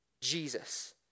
Jesus